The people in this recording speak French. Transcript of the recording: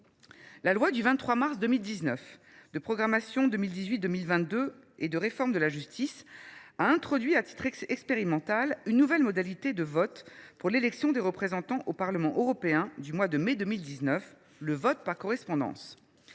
La loi du 23 mars 2019 de programmation 2018 2022 et de réforme de la justice a introduit, à titre expérimental, une nouvelle modalité de vote pour l’élection des représentants au Parlement européen du mois de mai 2019 : le vote par correspondance.